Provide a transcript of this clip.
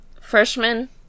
Freshman